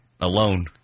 alone